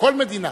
כל מדינה,